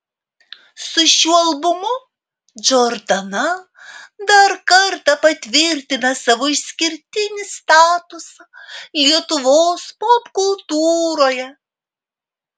su šiuo albumu džordana dar kartą patvirtina savo išskirtinį statusą lietuvos popkultūroje